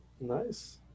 Nice